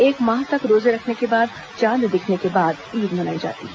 एक माह तक रोजें रखने के बाद चांद दिखने के बाद ईद मनाई जाती है